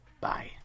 Bye